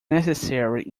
necessary